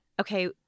okay